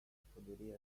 poderia